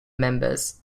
members